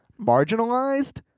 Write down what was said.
Marginalized